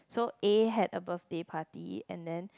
so A had a birthday party and then